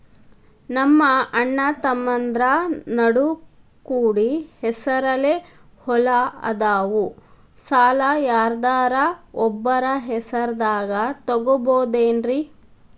ನಮ್ಮಅಣ್ಣತಮ್ಮಂದ್ರ ನಡು ಕೂಡಿ ಹೆಸರಲೆ ಹೊಲಾ ಅದಾವು, ಸಾಲ ಯಾರ್ದರ ಒಬ್ಬರ ಹೆಸರದಾಗ ತಗೋಬೋದೇನ್ರಿ?